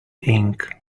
ink